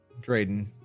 Drayden